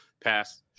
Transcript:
pass